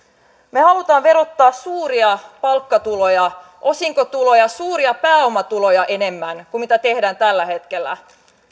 me haluamme verottaa suuria palkkatuloja osinkotuloja suuria pääomatuloja enemmän kuin mitä tehdään tällä hetkellä